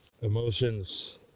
emotions